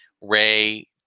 Ray